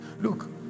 Look